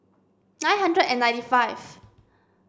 nine hundred and ninety five